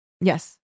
Yes